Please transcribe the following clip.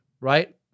right